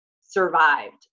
survived